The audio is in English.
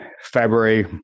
February